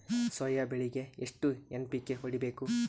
Soya ಬೆಳಿಗಿ ಎಷ್ಟು NPK ಹೊಡಿಬೇಕು?